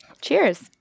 cheers